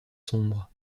sombre